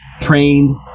trained